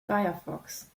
firefox